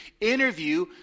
interview